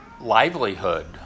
livelihood